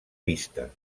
vista